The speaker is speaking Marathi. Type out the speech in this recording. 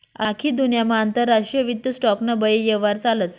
आख्खी दुन्यामा आंतरराष्ट्रीय वित्त स्टॉक ना बये यव्हार चालस